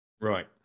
Right